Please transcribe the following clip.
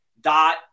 DOT